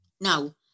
Now